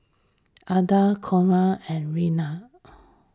Ilda Conard and Reina